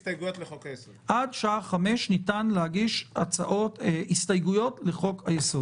עד השעה 17:00 ניתן להגיש הסתייגויות לחוק-היסוד.